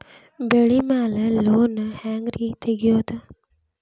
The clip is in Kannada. ಬೆಳಿ ಮ್ಯಾಲೆ ಲೋನ್ ಹ್ಯಾಂಗ್ ರಿ ತೆಗಿಯೋದ?